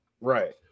Right